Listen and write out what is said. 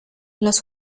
los